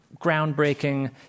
groundbreaking